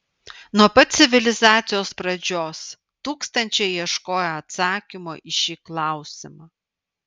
nuo pat civilizacijos pradžios tūkstančiai ieškojo atsakymo į šį klausimą